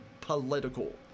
political